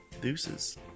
Deuces